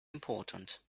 important